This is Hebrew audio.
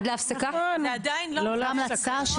<< יור >> פנינה תמנו (יו"ר